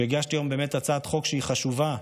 הגשתי היום הצעת חוק שהיא חשובה,